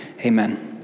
Amen